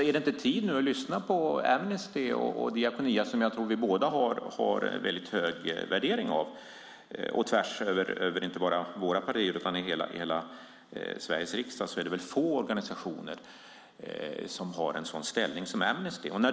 Är det inte tid nu att lyssna på Amnesty och Diakonia som jag tror vi båda har väldigt hög värdering av? Det är inte bara vår värdering, utan hos hela Sveriges riksdag är det få organisationer som har en sådan ställning som Amnesty.